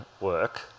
work